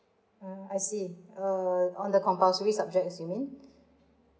mm I see err on the compulsory subjects is you mean